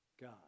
God